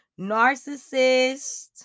narcissist